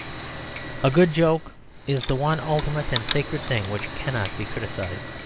a good joke is the one ultimate and sacred thing which cannot be criticised.